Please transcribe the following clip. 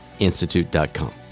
Institute.com